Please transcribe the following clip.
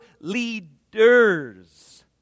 leaders